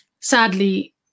sadly